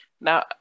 Now